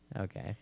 Okay